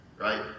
right